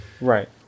Right